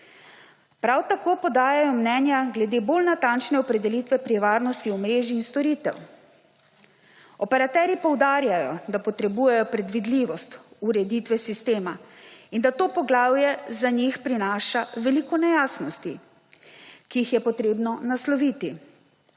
Prav tako podajajo mnenja glede bolj natančne opredelitve pri varnosti omrežij in storitev. Operaterji poudarjajo, da potrebujejo predvidljivost ureditve sistema in da to poglavje za njih prinaša veliko nejasnosti, ki jih je treba nasloviti.